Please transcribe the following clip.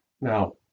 Now